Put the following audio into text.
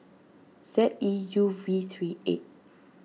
Z E U V three eight